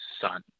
son